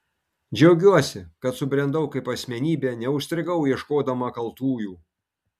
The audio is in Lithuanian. džiaugiuosi kad subrendau kaip asmenybė neužstrigau ieškodama kaltųjų